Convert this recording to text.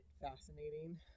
fascinating